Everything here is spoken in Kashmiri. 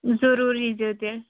ضروٗر ییٖزیو تیٚلہِ